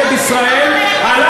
אני אמשיך, נגד ישראל, הלכת